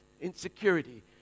Insecurity